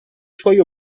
suoi